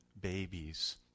babies